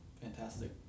Fantastic